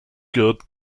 good